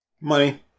Money